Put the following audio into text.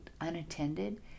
unattended